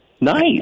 nice